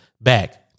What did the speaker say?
back